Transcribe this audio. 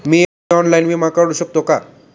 मी online विमा काढू शकते का?